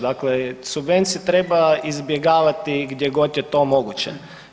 Dakle, subvencije treba izbjegavati gdje god je to moguće.